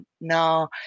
Now